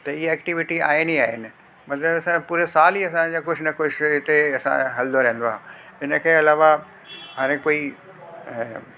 त ईअं एक्टिविटी आहिनि ई आहिनि मतिलब असांजो पूरे साल ई असांजा कुझु न कुझु हिते असांजा हलंदो रहंदो आहे हिन खे अलावा हर हिकु कोई ऐं